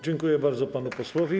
Dziękuję bardzo panu posłowi.